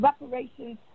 reparations